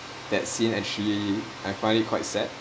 that scene actually I find it quite sad